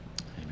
Amen